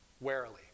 warily